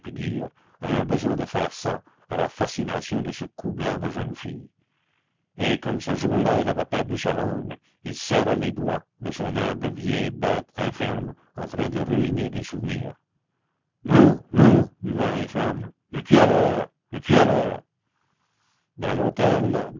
un besoin de faire ça à la fascination de ce cou blanc de jeune fille et comme ce jour-là il avait perdu sa langue il serrait les doigts de son air de vieille bête infirme en train de ruminer des souvenirs non non hurlaient les femmes le cul à l'air le cul à l'air dans l'hôtel